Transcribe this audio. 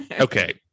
Okay